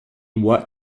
what